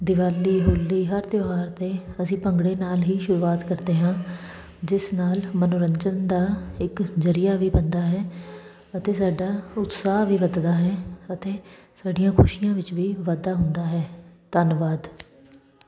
ਦਿਵਾਲੀ ਹੋਲੀ ਹਰ ਤਿਉਹਾਰ 'ਤੇ ਅਸੀਂ ਭੰਗੜੇ ਨਾਲ ਹੀ ਸ਼ੁਰੂਆਤ ਕਰਦੇ ਹਾਂ ਜਿਸ ਨਾਲ ਮਨੋਰੰਜਨ ਦਾ ਇੱਕ ਜ਼ਰੀਆ ਵੀ ਬਣਦਾ ਹੈ ਅਤੇ ਸਾਡਾ ਉਤਸਾਹ ਵੀ ਵੱਧਦਾ ਹੈ ਅਤੇ ਸਾਡੀਆਂ ਖੁਸ਼ੀਆਂ ਵਿੱਚ ਵੀ ਵਾਧਾ ਹੁੰਦਾ ਹੈ ਧੰਨਵਾਦ